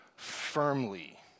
firmly